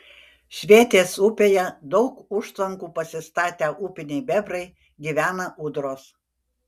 švėtės upėje daug užtvankų pasistatę upiniai bebrai gyvena ūdros